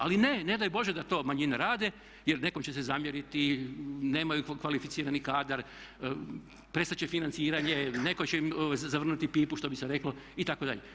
Ali ne, ne daj Bože da to manjine rade jer nekom će se zamjeriti, nemaju kvalificirani kadar, prestat će financiranje, netko će im zavrnuti pipu što bi se reklo itd.